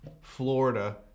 Florida